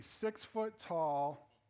six-foot-tall